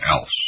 else